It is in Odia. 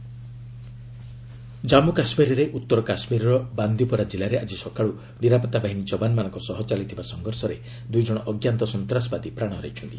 ଜେକେ କିଲ୍ଡ୍ ଜନ୍ମ କାଶ୍ରୀର୍ରେ ଉତ୍ତର କାଶ୍ରୀରର ବାନ୍ଦିପୋରା ଜିଲ୍ଲାରେ ଆଜି ସକାଳ୍ ନିରାପତ୍ତା ବାହିନୀ ଯବାନମାନଙ୍କ ସହ ଚାଲିଥିବା ସଂଘର୍ଷରେ ଦୂଇ ଜଣ ଅଜ୍ଞାତ ସନ୍ତାସବାଦୀ ପ୍ରାଣ ହରାଇଛନ୍ତି